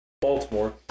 Baltimore